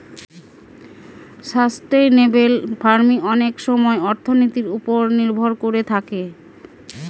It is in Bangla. সাস্টেইনেবেল ফার্মিং অনেক সময় অর্থনীতির ওপর নির্ভর করে থাকে